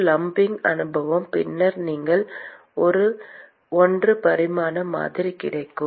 ஒரு lumping அனுமானம் பின்னர் நீங்கள் ஒரு 1 பரிமாண மாதிரி கிடைக்கும்